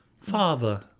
Father